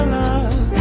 love